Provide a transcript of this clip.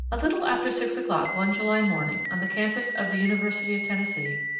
a little after six o'clock one july morning on the campus of the university of tennessee,